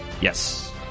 Yes